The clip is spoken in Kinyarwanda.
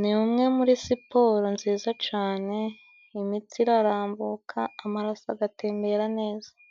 Ni umwe muri siporo nziza cane, imitsi irarambuka amaraso agatembera neza.